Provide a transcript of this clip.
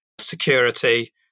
security